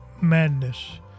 Madness